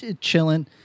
chilling